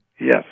Yes